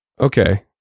Okay